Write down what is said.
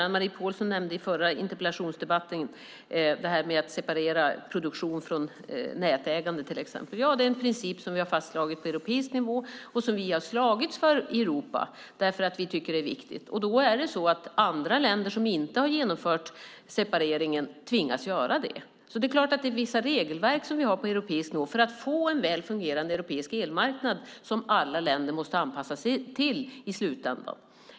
I förra interpellationsdebatten nämnde Anne-Marie Pålsson detta med att separera produktion från nätägande till exempel. Ja, det är en princip som vi har fastslagit på europeisk nivå och som vi har slagits för i Europa därför att vi tycker att det är viktigt. Andra länder som inte genomfört separeringen tvingas då göra det. Det är klart att vi har vissa regelverk på europeisk nivå för att få en väl fungerande elmarknad som alla länder i slutändan måste anpassa sig till.